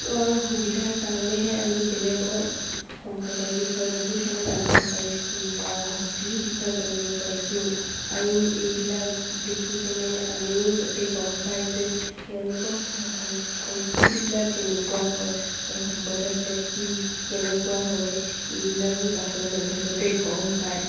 সুবিধাৰ কাৰণেহে আমি বেলেগৰ সম্প্ৰদায়ৰ বিষয়ে বহুত ধৰণে জানিব পাৰিছোঁ সংস্কৃতিৰ বিষয়ে জানিব পাৰিছোঁ আৰু এইবিলাক দেখি কেনে আনেও যাতে গম পায় যে তেওঁলোকৰ সংস্কৃতিবিলাক কেনেকুৱা হয় আৰু সম্প্ৰদায়বিলাক কি কেনেকুৱা হয় এইবিলাকো বাহিৰৰ মানুহে যাতে গম পায়